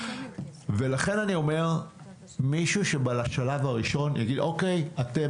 ולכן אני אומר מישהו שבשלב הראשון יגיד אוקי אתם,